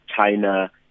China